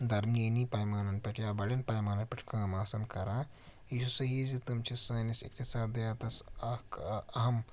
درمیٲنی پیمانَن پٮ۪ٹھ یا بَڑٮ۪ن پیمانَن پٮ۪ٹھ کٲم آسَن کَران یہِ چھُ صحیح زِ تم چھِ سٲنِس اِقتصادِیاتَس اکھ اَہم